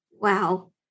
Wow